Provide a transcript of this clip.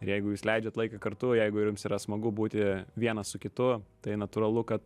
ir jeigu jūs leidžiat laiką kartu jeigu ir jums yra smagu būti vienas su kitu tai natūralu kad